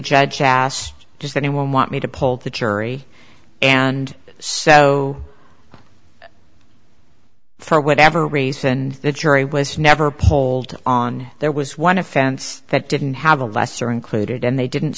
asked does anyone want me to pull the jury and so for whatever reason the jury was never polled on there was one offense that didn't have a lesser included and they didn't